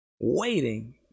Waiting